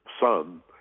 Son